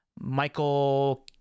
Michael